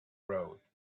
road